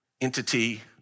entity